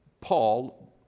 Paul